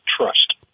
trust